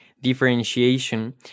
differentiation